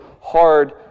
hard